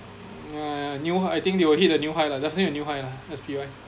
uh new I think they will hit a new high lah definitely a new high lah S_P_O_I